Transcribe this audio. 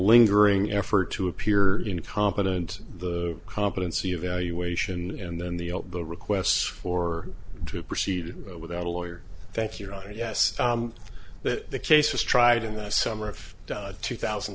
lingering effort to appear incompetent the competency evaluation and then the the requests for to proceed without a lawyer thank you roger yes that the case was tried in the summer of two thousand